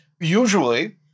usually